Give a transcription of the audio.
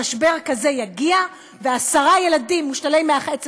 שמשבר כזה יגיע ועשרה ילדים מושתלי מח עצם